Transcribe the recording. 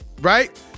right